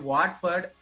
Watford